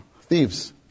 thieves